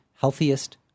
healthiest